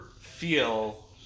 feel